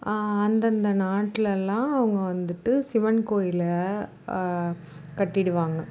அந்தந்த நாட்லைலாம் அவங்க வந்துவிட்டு சிவன் கோயிலை கட்டிவிடுவாங்க